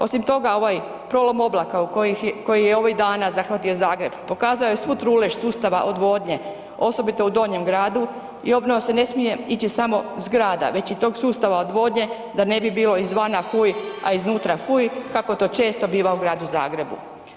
Osim toga ovaj prolom oblaka koji je ovih dana zahvatio Zagreb pokazao je svu trulež sustava odvodnje, osobito u Donjem gradu i obnova ne smije ići samo zgrada već i tog sustava odvodnje da ne bi bilo izvana fuj, a iznutra fuj kako to često biva u Gradu Zagrebu.